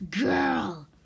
girl